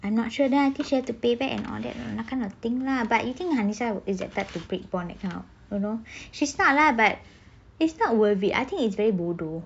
I am not sure then I think she have to pay back and all that that kind of thing lah but you think hanisah is the kind to break bond that kind of you know she's not lah but it's not worth it I think it's very bodoh